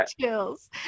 chills